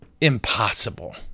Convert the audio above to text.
impossible